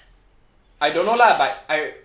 I don't know lah but I